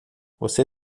você